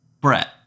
Brett